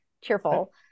cheerful